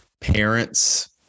parents